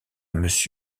mrs